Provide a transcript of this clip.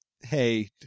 Hey